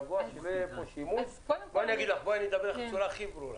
אני אגיד לך בצורה הכי ברורה: